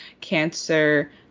Cancer